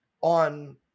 on